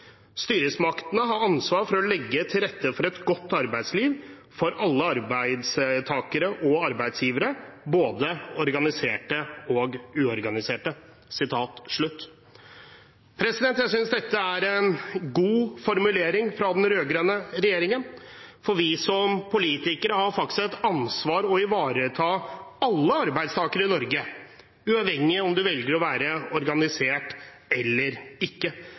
Styresmaktene har ansvar for å leggje til rette for eit godt arbeidsliv for alle arbeidstakarar og arbeidsgivarar – både organiserte og uorganiserte.» Jeg synes dette er en god formulering fra den rød-grønne regjeringen, for vi som politikere har faktisk et ansvar for å ivareta alle arbeidstakere i Norge, uavhengig av om man velger å være organisert eller ikke.